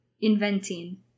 inventing